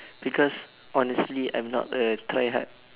because honestly I'm not the try hard